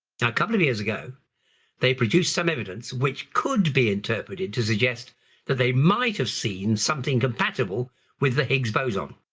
couple of years ago they produced some evidence, which could be interpreted to suggest that they might have seen something compatible with the higgs boson.